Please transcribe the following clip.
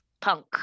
punk